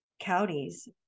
counties